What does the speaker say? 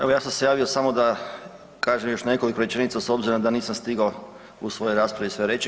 Evo ja sam se javio samo da kažem još nekoliko rečenica s obzirom da nisam stigao u svojoj raspravi sve reći.